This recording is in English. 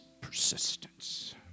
persistence